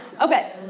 Okay